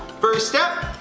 first step